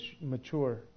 mature